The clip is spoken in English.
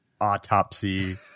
autopsy